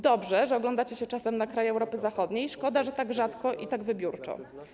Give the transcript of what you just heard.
Dobrze, że oglądacie się czasem na kraje Europy zachodniej, szkoda tylko, że tak rzadko i tak wybiórczo.